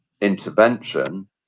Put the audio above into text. intervention